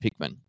Pikmin